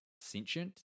sentient